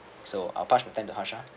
so I'll pass my time to harsha